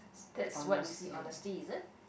that's what you see honestly is it